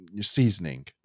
seasoning